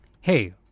Hey